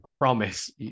promise